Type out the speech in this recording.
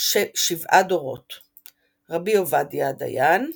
7 דורות ר' עובדיה הדיין ר'